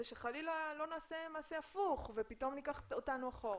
שחלילה לא נעשה מעשה הפוך ופתאום נלך אחורה.